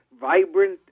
vibrant